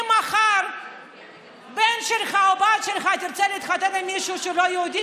אם מחר הבן שלך או הבת שלך ירצו להתחתן עם מישהו שהוא לא יהודי,